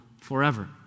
forever